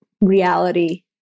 reality